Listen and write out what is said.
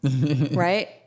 Right